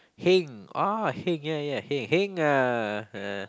heng oh heng ya ya heng heng ah